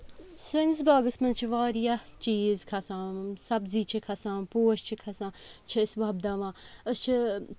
سٲنِس باغَس منٛز چھِ واریاہ چیٖز کھَسان سَبزی چھِ کھَسان پوش چھِ کھَسان چھِ أسۍ وۄپداوان أسۍ چھِ